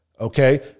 Okay